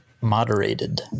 moderated